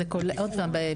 עוד הפעם,